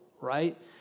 right